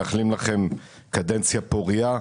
אנחנו מאחלים לכם קדנציה פורייה.